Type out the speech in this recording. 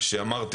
שכללה